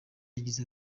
yagize